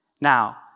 Now